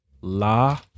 La